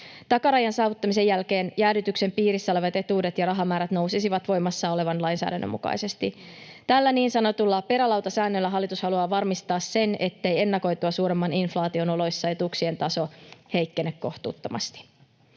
Takarajan saavuttamisen jälkeen jäädytyksen piirissä olevat etuudet ja rahamäärät nousisivat voimassa olevan lainsäädännön mukaisesti. Tällä niin sanotulla perälautasäännöllä hallitus haluaa varmistaa sen, ettei ennakoitua suuremman inflaation oloissa etuuksien taso heikkene kohtuuttomasti.